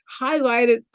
highlighted